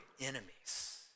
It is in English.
enemies